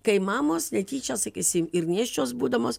kai mamos netyčia sakysim ir nėščios būdamos